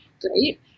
Great